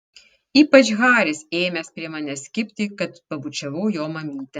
ypač haris ėmęs prie manęs kibti kad pabučiavau jo mamytę